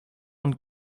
und